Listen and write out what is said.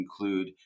include